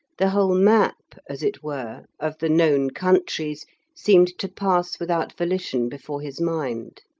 the whole map, as it were, of the known countries seemed to pass without volition before his mind.